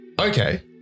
Okay